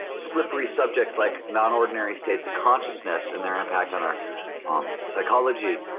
slippery subjects like non-ordinary states of consciousness and their impact on our um psychology,